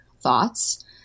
thoughts